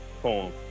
poem